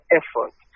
effort